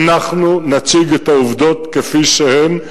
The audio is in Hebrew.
אנחנו נציג את העובדות כפי שהן.